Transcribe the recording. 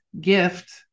gift